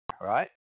right